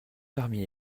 parmi